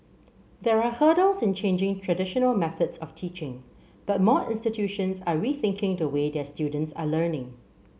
there are hurdles in changing traditional methods of teaching but more institutions are rethinking the way their students are learning